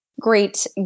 great